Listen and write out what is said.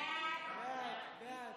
על נוסח הוועדה.